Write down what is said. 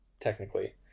technically